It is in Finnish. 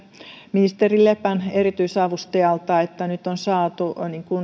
ministeri lepän erityisavustajalta että nyt on saatu